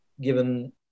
given